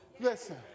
Listen